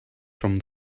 from